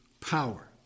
power